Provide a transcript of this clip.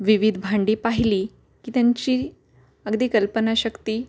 विविध भांडी पाहिली की त्यांची अगदी कल्पनाशक्ती